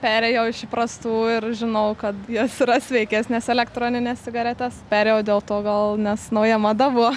perėjau iš įprastų ir žinau kad jos yra sveikesnės elektroninės cigaretės perėjau dėl to gal nes nauja mada buvo